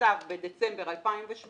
המצב בדצמבר 2017,